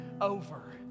over